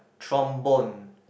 trombone